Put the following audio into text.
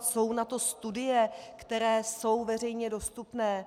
Jsou na to studie, které jsou veřejně dostupné.